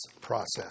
process